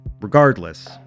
regardless